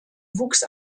wuchs